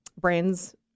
brands